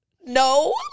no